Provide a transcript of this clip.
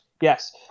Yes